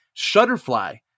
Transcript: Shutterfly